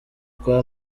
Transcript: kwa